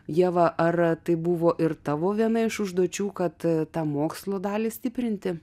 ieva ar tai buvo ir tavo viena iš užduočių kad tą mokslo dalį stiprinti